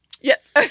Yes